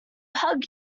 hug